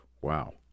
Wow